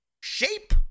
shape